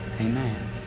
Amen